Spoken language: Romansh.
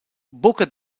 buca